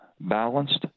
balanced